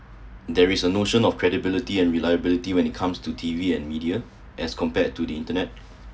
there is a notion of credibility and reliability when it comes to T_V and media as compared to the internet